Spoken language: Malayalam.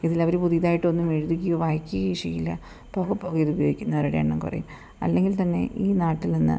ഇതിലവര് പുതിയതായിട്ട് ഒന്നും എഴുതിക്കുകയോ വായിക്കുകയോ ചെയ്യില്ല പോക പോക ഇത് ഉപയോഗിക്കുന്നവരുടെ എണ്ണം കുറയും അല്ലെങ്കിൽ തന്നെ ഈ നാട്ടിൽ നിന്ന്